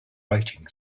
writing